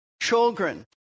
children